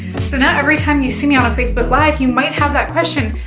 so now every time you see me on facebook live, you might have that question,